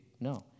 No